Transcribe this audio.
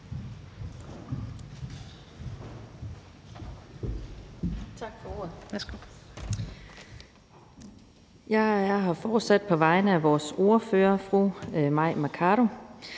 er her fortsat på vegne af vores ordfører på området,